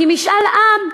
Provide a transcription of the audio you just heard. כי משאל עם,